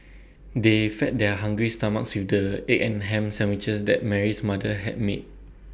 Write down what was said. they fed their hungry stomachs with the egg and Ham Sandwiches that Mary's mother had made